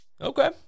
Okay